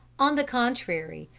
on the contrary,